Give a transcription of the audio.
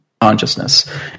consciousness